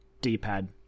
D-pad